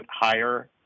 higher